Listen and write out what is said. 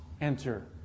enter